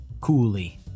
Coolly